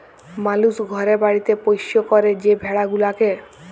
মালুস ঘরে বাড়িতে পৌষ্য ক্যরে যে ভেড়া গুলাকে